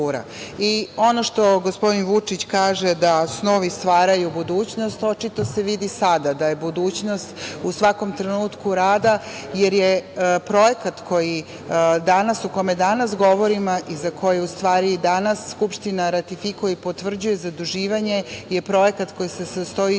ono što gospodin Vučić kaže, da snovi stvaraju budućnost, očito se vidi sada da je budućnost u svakom trenutku rada, jer je projekat o kojem danas govorimo i za koju, u stvari, i danas Skupština ratifikuje i potvrđuje zaduživanje je projekat koji se sastoji